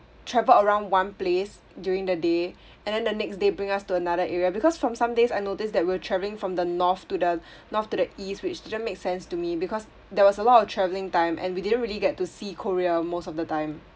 travel around one place during the day and then the next day bring us to another area because from some days I noticed that we were travelling from the north to the north to the east which doesn't make sense to me because there was a lot of travelling time and we didn't really get to see korea most of the time